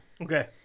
Okay